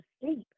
sleep